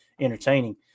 entertaining